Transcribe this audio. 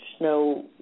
no